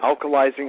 alkalizing